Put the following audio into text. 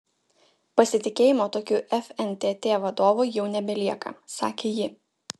pasitikėjimo tokiu fntt vadovu jau nebelieka sakė ji